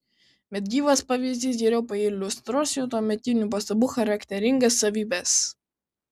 bet gyvas pavyzdys geriau pailiustruos jo tuometinių pastabų charakteringas savybes